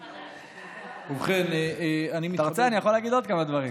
אם אתה רוצה, אני יכול להגיד עוד כמה דברים.